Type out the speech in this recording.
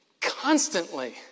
constantly